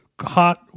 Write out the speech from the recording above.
hot